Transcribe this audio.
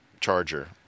charger